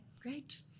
great